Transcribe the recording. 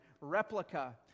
replica